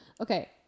Okay